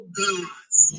gods